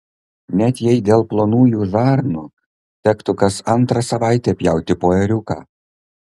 net jei dėl plonųjų žarnų tektų kas antrą savaitę pjauti po ėriuką